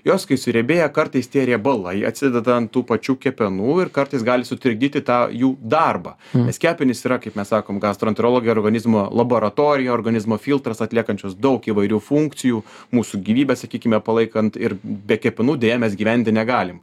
jos kai suriebėja kartais tie riebalai atsideda ant tų pačių kepenų ir kartais gali sutrikdyti tą jų darbą nes kepenys yra kaip mes sakom gastroenterologai organizmo laboratorija organizmo filtras atliekančios daug įvairių funkcijų mūsų gyvybę sakykime palaikant ir be kepenų deja mes gyventi negalim